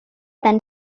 tan